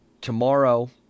Tomorrow